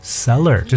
seller